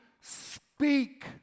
speak